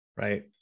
right